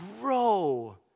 grow